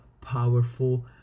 powerful